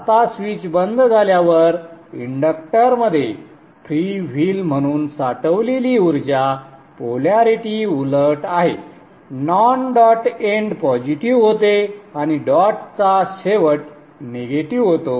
आता स्विच बंद झाल्यावर इंडक्टरमध्ये फ्री व्हील म्हणून साठवलेली ऊर्जा पोलॅरिटी उलट आहे नॉन डॉट एंड पॉझिटिव्ह होते आणि डॉटचा शेवट निगेटिव्ह होतो